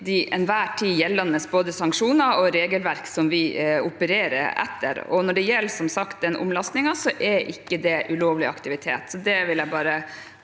enhver tid gjeldende sanksjoner og regelverk som vi opererer etter. Når det gjelder den omlastingen, er det som sagt ikke ulovlig aktivitet.